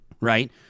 right